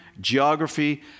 geography